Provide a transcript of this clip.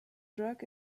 drug